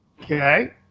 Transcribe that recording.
Okay